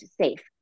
safe